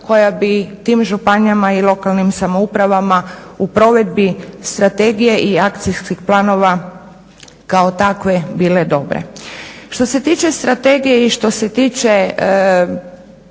koja bi tim županijama i lokalnim samoupravama u provedbi strategije i akcijskih planova kao takve bile dobre. Što se tiče strategije i što se tiče